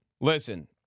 Listen